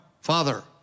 Father